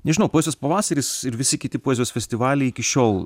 nežinau poezijos pavasaris ir visi kiti poezijos festivaliai iki šiol